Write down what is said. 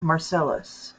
marcellus